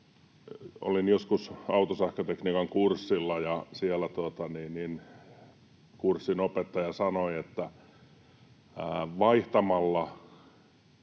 Olin joskus autosähkötekniikan kurssilla, ja siellä kurssin opettaja sanoi, että vaihtamalla